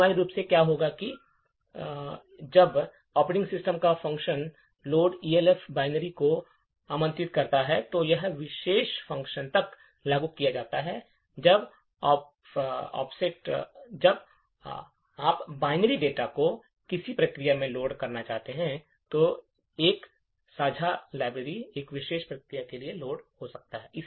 अनिवार्य रूप से क्या हो रहा है कि जब ऑपरेटिंग सिस्टम इस फ़ंक्शन load elf binary को आमंत्रित करता है तो यह विशेष फ़ंक्शन तब लागू किया जाता है जब आप बाइनरी डेटा को किसी प्रक्रिया में लोड करना चाहते हैं या एक साझा लाइब्रेरी एक विशेष प्रक्रिया में लोड हो जाता है